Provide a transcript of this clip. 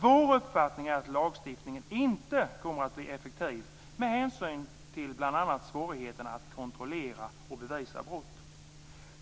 Vår uppfattning är att lagstiftningen inte kommer att bli effektiv med hänsyn till bl.a. svårigheterna att kontrollera och bevisa brott.